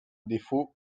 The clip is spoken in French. défaut